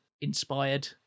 inspired